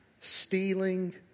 stealing